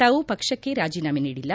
ತಾವು ಪಕ್ಷಕ್ಕೆ ರಾಜೀನಾಮೆ ನೀಡಿಲ್ಲ